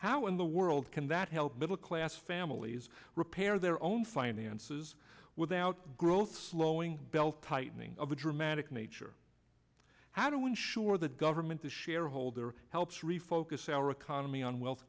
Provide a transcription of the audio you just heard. how in the world can that help middle class families repair their own finances without growth slowing belt tightening of a dramatic nature how do you ensure that government the shareholder helps refocus our economy on wealth